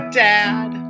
dad